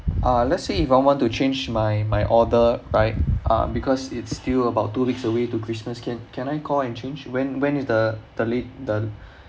uh let's say if I want to change my my order right uh because it's still about two weeks away to christmas can can I call and change when when is the the lat~ the